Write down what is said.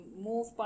move